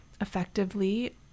effectively